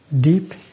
deep